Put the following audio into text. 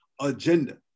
agenda